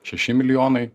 šeši milijonai